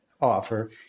offer